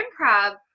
improv